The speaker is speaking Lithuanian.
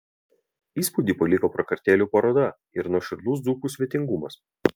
įspūdį paliko prakartėlių paroda ir nuoširdus dzūkų svetingumas